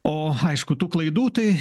o aišku tų klaidų tai